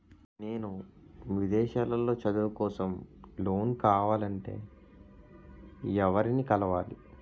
నాకు విదేశాలలో చదువు కోసం లోన్ కావాలంటే ఎవరిని కలవాలి?